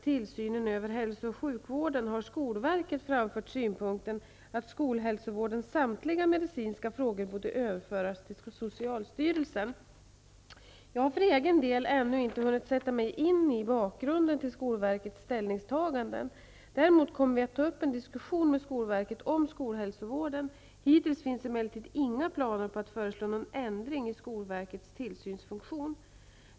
Tillsynen över hälso och sjukvården har skolverket framfört synpunkten att skolhälsovårdens samtliga medicinska frågor borde överföras till socialstyrelsen. Jag har för egen del ännu inte hunnit sätta mig in i bakgrunden till skolverkets ställningstaganden. Däremot kommer vi att ta upp en diskussion med skolverket om skolhälovården. Hittills finns emellertid inga planer på att föreslå någon ändring i skolverkets tillsynsfunktion.